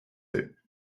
peu